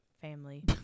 family